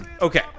Okay